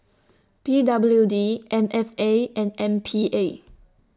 P W D M F A and M P A